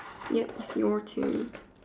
yup it's your turn